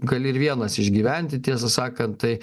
gali ir vienas išgyventi tiesą sakant tai